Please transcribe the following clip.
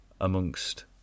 amongst